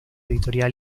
editorial